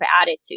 attitude